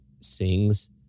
sings